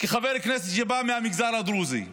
כחבר כנסת שבא מהמגזר הדרוזי,